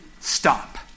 Stop